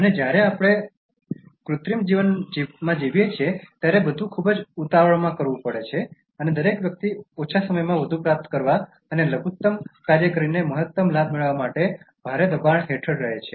અને જ્યારે આપણે કૃત્રિમ જીવનમાં જીવીએ છીએ ત્યારે બધું ખૂબ જ ઉતાવળમાં થવું પડે છે અને દરેક વ્યક્તિ ઓછા સમયમાં વધુ પ્રાપ્ત કરવા અને લઘુત્તમ કાર્ય કરીને મહત્તમ લાભ મેળવવા માટે ભારે દબાણ હેઠળ રહે છે